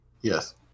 Yes